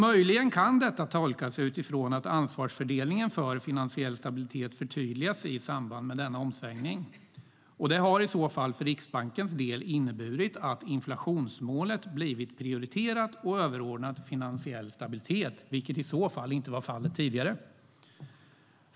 Möjligen kan detta tolkas utifrån att ansvarsfördelningen för finansiell stabilitet förtydligats i samband med denna omsvängning. Det har i så fall för Riksbankens del inneburit att inflationsmålet blivit prioriterat och överordnat finansiell stabilitet, vilket inte varit fallet tidigare.